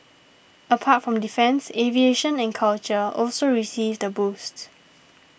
apart from defence aviation and culture also received a boost